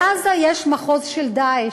בעזה יש מחוז של "דאעש".